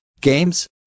games